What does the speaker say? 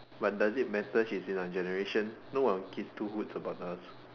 but does it matter she is in our generation no one gives two hoots about us